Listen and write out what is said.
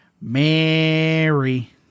Mary